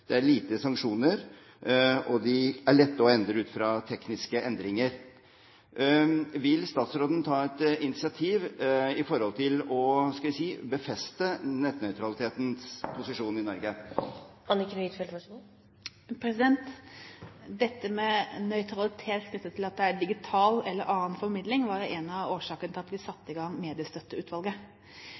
lette å endre ut fra tekniske endringer. Vil statsråden ta et initiativ til å befeste nettnøytralitetens posisjon i Norge? Dette med nøytralitet knyttet til at det er digital eller annen formidling, var en av årsakene til at vi satte ned Mediestøtteutvalget,